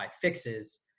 fixes